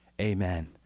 Amen